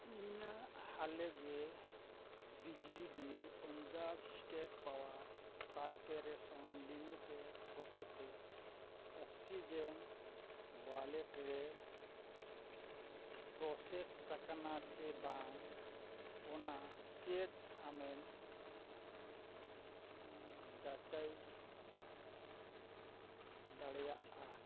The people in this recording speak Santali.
ᱤᱧᱟᱹᱜ ᱦᱟᱞᱮᱜᱮ ᱵᱤᱡᱽᱞᱤ bill Punjab state power corporation limited ᱦᱚᱛᱮᱡᱛᱮ ᱚᱠᱥᱤᱡᱮᱱ ᱳᱣᱟᱞᱮᱴ ᱨᱮ ᱯᱨᱚᱥᱮᱥ ᱟᱠᱟᱱᱟ ᱥᱮᱵᱟᱝ ᱚᱱᱟ ᱪᱮᱫ ᱟᱢᱮᱢ ᱡᱟᱪᱟᱭ ᱫᱟᱲᱮᱭᱟᱜᱼᱟ